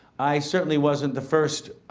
i certainly wasn't the first